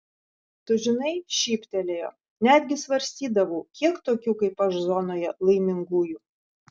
tu žinai šyptelėjo netgi svarstydavau kiek tokių kaip aš zonoje laimingųjų